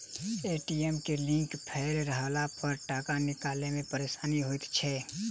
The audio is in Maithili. ए.टी.एम के लिंक फेल रहलापर टाका निकालै मे परेशानी होइत छै